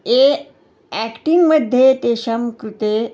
ये आक्टिङ्ग् मध्ये तेषां कृते